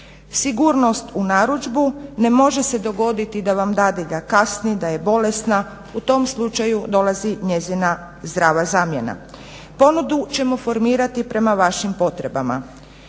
sigurnost u narudžbu, ne može se dogoditi da vam dadilja kasni, da je bolesna, u tom slučaju dolazi njezina zdrava zamjena. Ponudu ćemo formirati prema vašim potrebama.